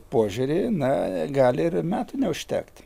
požiūrį na gali ir metų neužtekti